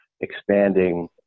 expanding